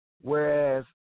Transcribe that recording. whereas